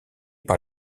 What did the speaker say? par